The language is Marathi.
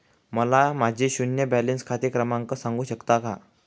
मला माझे शून्य बॅलन्स खाते क्रमांक सांगू शकता का?